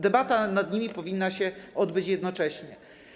Debata nad nimi powinna się odbyć jednocześnie.